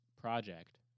project